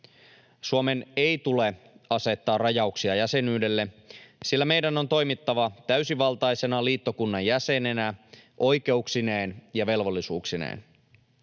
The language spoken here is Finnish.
Suomen ei tule asettaa rajauksia jäsenyydelle, sillä meidän on toimittava täysivaltaisena liittokunnan jäsenenä oikeuksineen ja velvollisuuksineen.